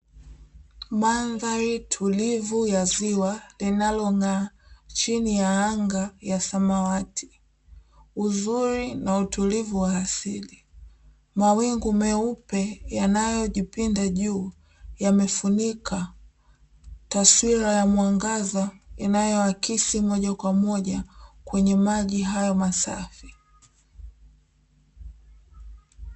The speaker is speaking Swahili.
Madha tulivu ya ziwa linalo ng'aa chini ya samawati, uzuri na utulivu wa mawingu meupe yanayojipinda juu yamefunika taswira ya mwangaza inayoakisi moja kwa moja kwenye maji hayo masafi.